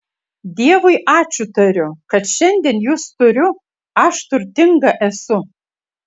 dievui ačiū tariu kad šiandien jus turiu aš turtinga esu